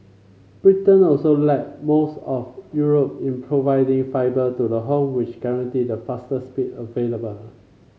Britain also lag most of Europe in providing fibre to the home which guarantee the fastest speed available